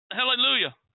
Hallelujah